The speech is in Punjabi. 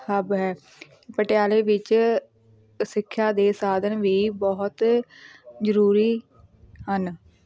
ਹੱਬ ਹੈ ਪਟਿਆਲੇ ਵਿੱਚ ਸਿੱਖਿਆ ਦੇ ਸਾਧਨ ਵੀ ਬਹੁਤ ਜ਼ਰੂਰੀ ਹਨ